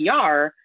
PR